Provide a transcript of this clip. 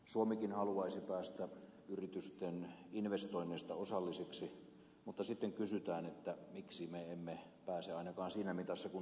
suomikin haluaisi päästä yritysten investoinneista osalliseksi mutta sitten kysytään että miksi me emme pääse ainakaan siinä mitassa kuin toivoisimme